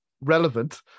relevant